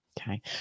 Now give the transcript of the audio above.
Okay